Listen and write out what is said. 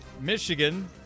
Michigan